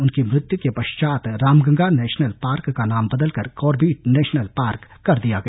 उनकी मृत्यु के पश्चात रामगंगा नेशनल पार्क का नाम बदलकर कॉर्बेट नेशनल पार्क कर दिया गया